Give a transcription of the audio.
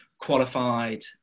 qualified